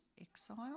exile